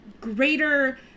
greater